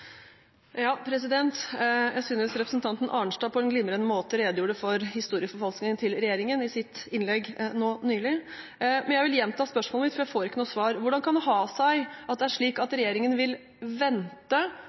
regjeringen i sitt innlegg nå nylig. Men jeg vil gjenta spørsmålet mitt, for jeg får ikke noe svar. Hvordan kan det ha seg at regjeringen på den ene siden vil vente